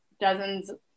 Dozens